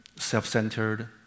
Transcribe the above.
self-centered